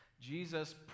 Jesus